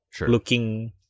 looking